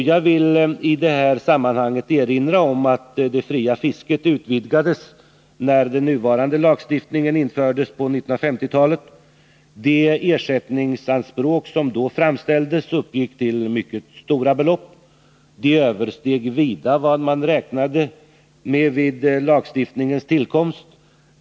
Jag vill i det här sammanhanget erinra om att det fria fisket utvidgades när den nuvarande lagstiftningen infördes på 1950-talet. De ersättningsanspråk som då framställdes uppgick till mycket stora belopp. De översteg vida vad man räknade med vid lagstiftningens tillkomst.